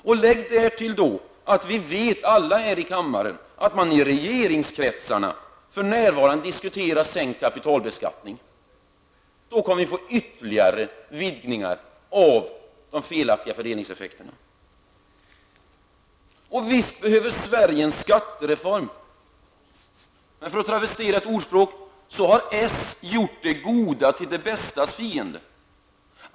Därtill skall man lägga att vi alla här i kammaren vet att man i regeringskretsar för närvarande diskuterar sänkt kapitalbeskattning. Då kommer vi att få ytterligare vinklingar av de felaktiga fördelningseffekterna. Visst behöver Sverige en skattereform, men -- för att travestera ett ordspråk -- socialdemokraterna har gjort det goda till det bästas fiende.